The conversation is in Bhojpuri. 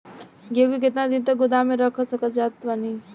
गेहूँ के केतना दिन तक गोदाम मे रखल जा सकत बा?